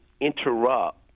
interrupt